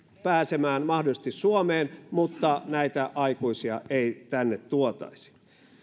pääsemään mahdollisesti suomeen mutta näitä aikuisia ei tänne tuotaisi